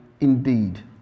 indeed